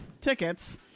tickets